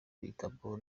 kwitabwaho